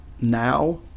now